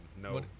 no